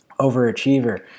overachiever